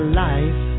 life